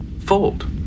Fold